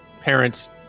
parents